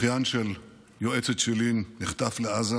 אחיין של יועצת שלי נחטף לעזה,